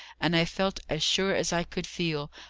and i felt as sure as i could feel,